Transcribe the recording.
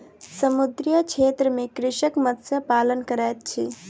समुद्रीय क्षेत्र में कृषक मत्स्य पालन करैत अछि